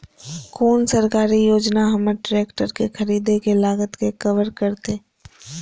कोन सरकारी योजना हमर ट्रेकटर के खरीदय के लागत के कवर करतय?